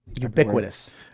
ubiquitous